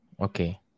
Okay